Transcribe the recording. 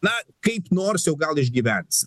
na kaip nors jau gal išgyvensim